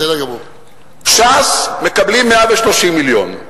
ש"ס מקבלים 130 מיליון.